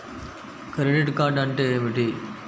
Credit card అంటే ఏమిటి?